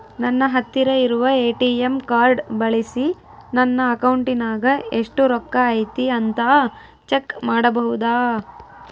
ನನ್ನ ಹತ್ತಿರ ಇರುವ ಎ.ಟಿ.ಎಂ ಕಾರ್ಡ್ ಬಳಿಸಿ ನನ್ನ ಅಕೌಂಟಿನಾಗ ಎಷ್ಟು ರೊಕ್ಕ ಐತಿ ಅಂತಾ ಚೆಕ್ ಮಾಡಬಹುದಾ?